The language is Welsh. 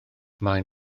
maen